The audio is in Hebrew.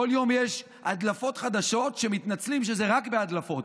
כל יום יש הדלפות חדשות ומתנצלים שזה רק בהדלפות.